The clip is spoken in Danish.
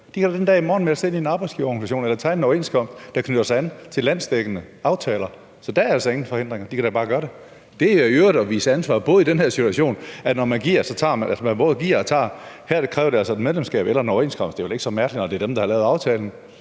De kan den dag i morgen melde sig ind i en arbejdsgiverorganisation eller tegne en overenskomst, der knytter an til landsdækkende aftaler. Så der er altså ingen forhindringer. De kan da bare gøre det. Det er i øvrigt at vise ansvar i den her situation, at man både giver og tager. Her kræver det altså et medlemskab eller en overenskomst. Det er vel ikke så mærkeligt, når det er organisationerne, der har lavet aftalen.